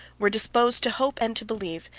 were disposed to hope, and to believe,